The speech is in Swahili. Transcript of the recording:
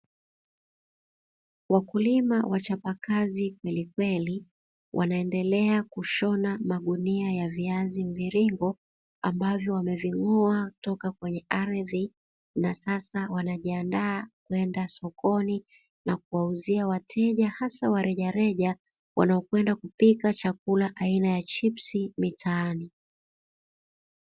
Wakulima wachapakazi kwelikweli wanaendelea kushona magunia ya viazi mviringo, ambavyo wameving'oa kutoka kwenye ardhi na sasa wanajiandaa kwenda sokoni na kuwauzia wateja hasa wa rejareja wanao kwenda kupika chakula aina ya chipsi mitaani.